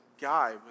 guy